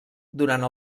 durant